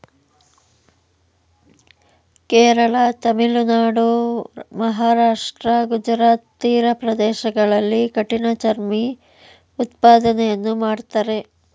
ಕೇರಳ, ತಮಿಳುನಾಡು, ಮಹಾರಾಷ್ಟ್ರ, ಗುಜರಾತ್ ತೀರ ಪ್ರದೇಶಗಳಲ್ಲಿ ಕಠಿಣ ಚರ್ಮಿ ಉತ್ಪಾದನೆಯನ್ನು ಮಾಡ್ತರೆ